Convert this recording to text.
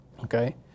Okay